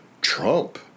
Trump